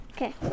Okay